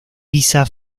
pisa